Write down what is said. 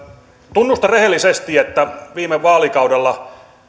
tunnustan rehellisesti että viime vaalikaudella